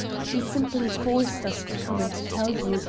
she simply forced us to come and tell you,